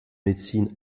médecine